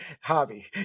hobby